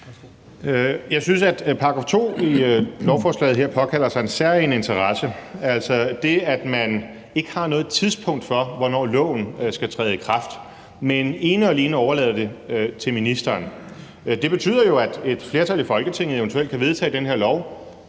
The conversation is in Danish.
Jeg synes, at § 2 i lovforslaget her påkalder sig særlig interesse. Altså det, at man ikke har noget tidspunkt for, hvornår loven skal træde i kraft, men ene og alene overlader det til ministeren, betyder jo, at et flertal i Folketinget eventuelt kan vedtage den her lov,